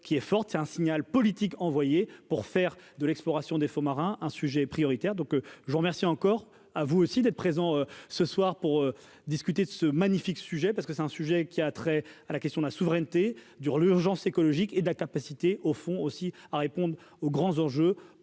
qui est forte, c'est un signal politique envoyé pour faire de l'exploration des fonds marins, un sujet prioritaire donc je vous remercie encore à vous aussi d'être présent ce soir pour discuter de ce magnifique sujet parce que c'est un sujet qui a trait à la question de la souveraineté dur l'urgence écologique et d'incapacité au fond aussi à répondre aux grands enjeux